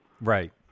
Right